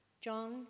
John